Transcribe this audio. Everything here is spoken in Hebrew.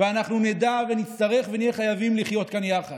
ואנחנו נדע, ונצטרך, ונהיה חייבים, לחיות כאן יחד,